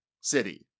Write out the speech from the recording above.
city